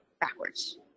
backwards